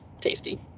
tasty